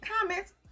comments